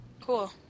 Cool